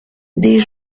des